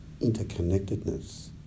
interconnectedness